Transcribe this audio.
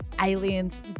aliens